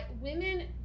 women